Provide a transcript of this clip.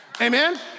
amen